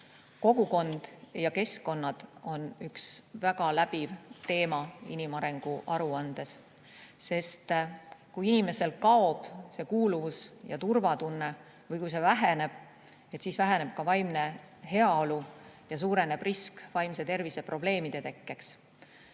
Kogukond ja keskkonnad on üks väga läbiv teema inimarengu aruandes, sest kui inimestel kaob kuuluvus- ja turvatunne või kui see väheneb, siis väheneb ka vaimne heaolu ja suureneb risk vaimse tervise probleemide tekkeks.